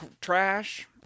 trash